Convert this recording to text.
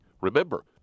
Remember